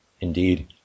Indeed